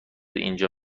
اینجا